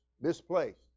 Misplaced